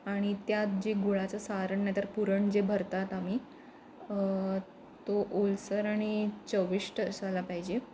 आणि त्यात जे गुळाचं सारण नाही तर पुरण जे भरतात आम्ही तो ओलसर आणि चविष्ट असायला पाहिजे